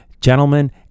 Gentlemen